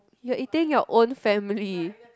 you're eating you're own family